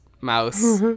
mouse